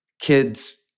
kids